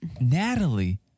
Natalie